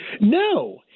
No